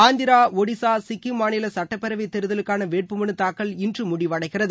ஆந்திரா ஒடிசா சிக்கிம் மாநில சட்டப்பேரவை தேர்தலுக்கான வேட்பு மனுதாக்கல் இன்று முடிவடைகிறது